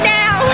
now